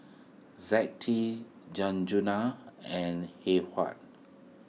Zettie Sanjuana and Heyward